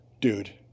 dude